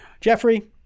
jeffrey